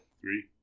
Three